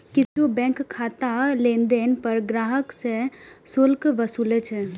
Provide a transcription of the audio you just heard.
किछु बैंक खाताक लेनदेन पर ग्राहक सं शुल्क वसूलै छै